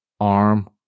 arm